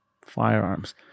firearms